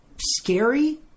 scary